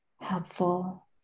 helpful